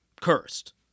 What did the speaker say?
cursed